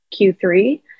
Q3